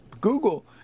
Google